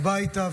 הביתה,